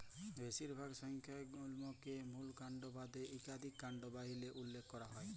বেশিরভাগ সংখ্যায় গুল্মকে মূল কাল্ড বাদে ইকাধিক কাল্ড ব্যইলে উল্লেখ ক্যরা হ্যয়